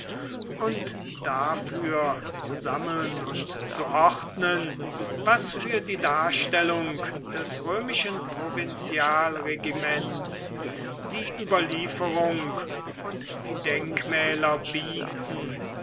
und dafür zu sammeln und zu ordnen was für die darstellung des römischen provinzialregiments die überlieferung und die denkmäler bieten